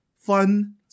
fun